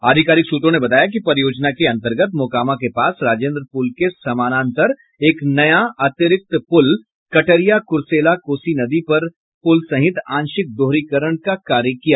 आधिकारिक सूत्रों ने बताया कि परियोजना के अन्तर्गत मोकामा के पास राजेन्द्र पुल के समानांतर एक नया अतिरिक्त पुल कटरिया कुरसेला कोसी नदी पर पुल सहित आंशिक दोहरीकरण का कार्य होगा